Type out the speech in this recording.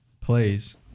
plays